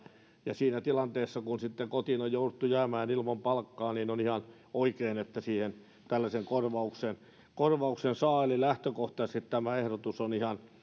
siinä tilanteessa kun sitten kotiin on jouduttu jäämään ilman palkkaa on ihan oikein että tällaisen korvauksen korvauksen saa eli lähtökohtaisesti tämä ehdotus